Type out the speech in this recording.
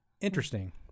Interesting